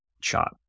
shot